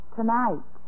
tonight